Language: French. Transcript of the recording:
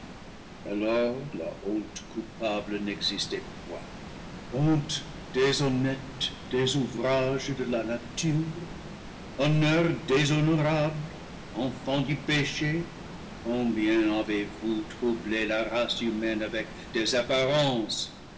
la honte coupable n'existait point honte déshonnête des ouvrages de la nature honneur déshonorable enfant du péché combien avez-vous troublé la race humaine avec des apparences